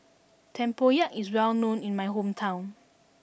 Tempoyak is well known in my hometown